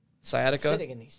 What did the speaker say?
sciatica